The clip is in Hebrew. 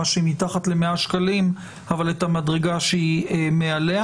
שהיא מתחת ל-100 שקלים אבל את המדרגה שהיא מעליה.